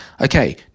okay